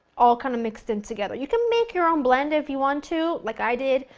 all kind of mixed in together. you can make your own blend if you want to, like i did,